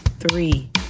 Three